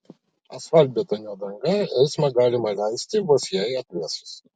asfaltbetonio danga eismą galima leisti vos jai atvėsus